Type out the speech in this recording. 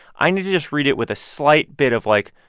i need to just read it with a slight bit of like,